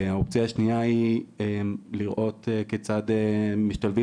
האופציה השנייה היא לראות כיצד משתלבים